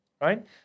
right